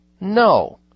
No